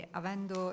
avendo